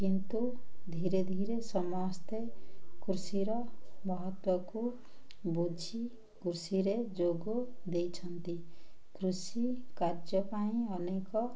କିନ୍ତୁ ଧୀରେ ଧୀରେ ସମସ୍ତେ କୃଷିର ମହତ୍ତ୍ଵକୁ ବୁଝି କୃଷିରେ ଯୋଗ ଦେଇଛନ୍ତି କୃଷି କାର୍ଯ୍ୟ ପାଇଁ ଅନେକ